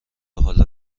حالا